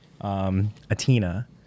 Atina